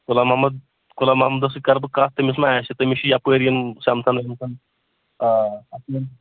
غۄلام محمد غۄلام محمدَس سۭتۍ کَرٕ بہٕ کَتھ تٔمِس ما آسہِ تٔمِس چھِ یَپٲرۍ یِم سَمکھان وَمکھان آ